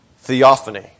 Theophany